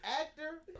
actor